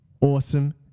awesome